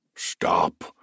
Stop